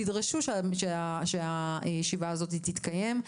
תדרשו שהישיבה הזאת תתקיים.